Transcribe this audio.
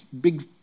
big